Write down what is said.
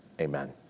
Amen